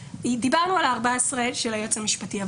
עוד פעם: דיברנו על ה-14 של היועץ המשפטי,